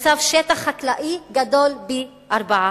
מוקצב שטח חקלאי גדול פי-ארבעה.